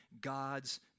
God's